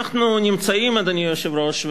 אדוני היושב-ראש,